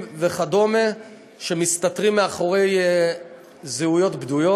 פדופילים וכדומה שמסתתרים מאחורי זהויות בדויות.